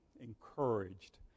encouraged